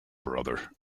brother